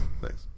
thanks